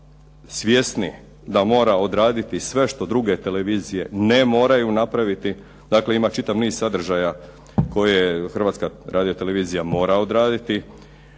svjesni da mora odraditi sve što druge televizije ne moraju napraviti. Dakle, ima čitav niz sadržaja koje Hrvatska radio televizija mora odraditi.